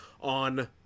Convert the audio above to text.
on